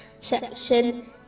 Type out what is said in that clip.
section